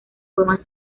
forma